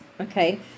okay